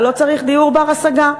ולא צריך דיור בר-השגה,